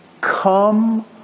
come